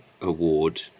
Award